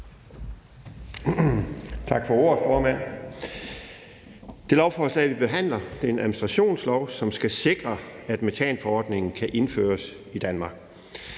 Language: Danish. Tak for ordet, formand. Det lovforslag, vi behandler, er en administrationslov, som skal sikre, at metanforordningen kan indføres i Danmark.